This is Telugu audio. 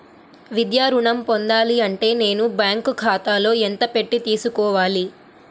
విద్యా ఋణం పొందాలి అంటే నేను బ్యాంకు ఖాతాలో ఎంత పెట్టి తీసుకోవాలి?